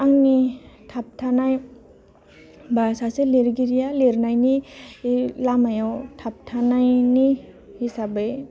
आंनि थाबथानाय बा सासे लिरगिरिया लिरनायनि बे लामायाव थाबथानायनि हिसाबै